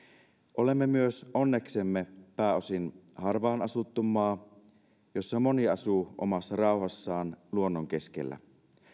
olemme myös onneksemme pääosin harvaan asuttu maa jossa moni asuu omassa rauhassaan luonnon keskellä